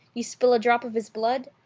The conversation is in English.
you spill a drop of his blood,